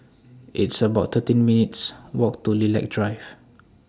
It's about thirteen minutes' Walk to Lilac Drive